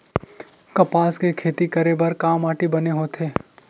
कपास के खेती करे बर का माटी बने होथे?